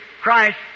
Christ